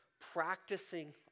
practicing